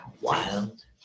wild